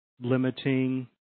limiting